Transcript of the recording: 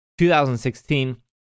2016